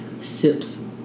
Sips